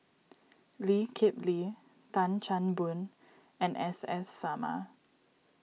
Lee Kip Lee Tan Chan Boon and S S Sarma